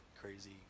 crazy